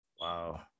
wow